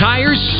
Tires